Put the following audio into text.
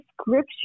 scripture